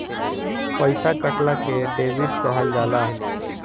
पइसा कटला के डेबिट कहल जाला